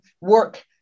work